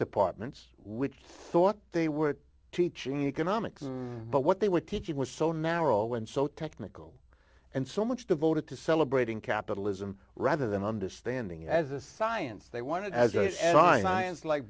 departments which thought they were teaching economics but what they were teaching was so narrow and so technical and so much devoted to celebrating capitalism rather than understanding as a science they wanted as i said ions like